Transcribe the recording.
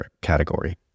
category